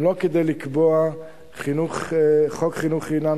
הם לא כדי לקבוע חוק חינוך חינם